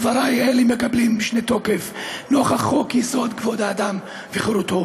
דבריי אלה מקבלים משנה תוקף נוכח חוק-יסוד: כבוד האדם וחירותו